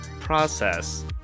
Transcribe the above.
process